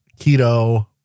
keto